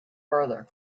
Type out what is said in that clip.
further